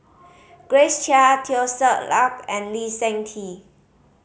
Grace Chia Teo Ser Luck and Lee Seng Tee